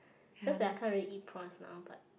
just that I can't really eat prawns now but